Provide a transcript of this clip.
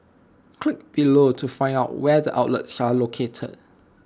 click below to find out where the outlets are located